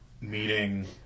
meeting